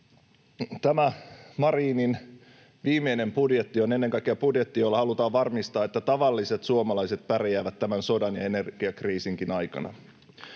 Tämä Marinin viimeinen budjetti on ennen kaikkea budjetti, jolla halutaan varmistaa, että tavalliset suomalaiset pärjäävät tämän sodan ja energiakriisinkin aikana.